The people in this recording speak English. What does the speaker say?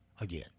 again